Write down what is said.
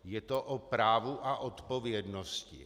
Je to o právu a odpovědnosti.